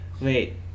Wait